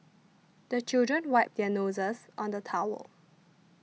the children wipe their noses on the towel